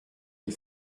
les